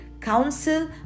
counsel